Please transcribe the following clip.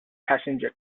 passenger